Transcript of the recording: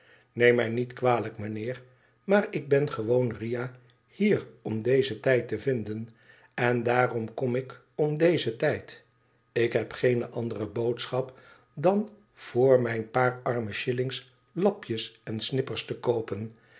neem mij niet kwalijk mijnheer maar ik ben gewoon riah hier om dezen tijd te vinden en daarom kom ik om dezen tijd ik heb geene andere boodschap daü voor mijn paar arme shillings lapjes en snippers te koopen